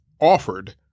offered